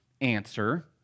answer